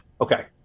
okay